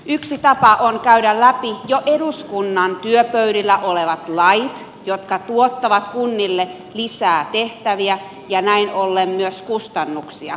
yksi tapa on käydä läpi jo eduskunnan työpöydillä olevat lait jotka tuottavat kunnille lisää tehtäviä ja näin ollen myös kustannuksia